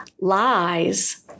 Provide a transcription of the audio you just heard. lies